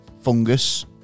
fungus